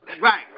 Right